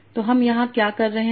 तो हम यहाँ क्या कर रहे हैं